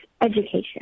education